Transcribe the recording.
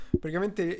praticamente